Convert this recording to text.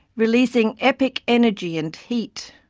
releasing epic energy and heat.